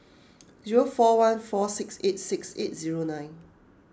zero four one four six eight six eight zero nine